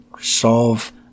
solve